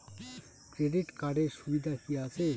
Credit কার্ডের সুবিধা কি আছে?